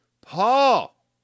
Paul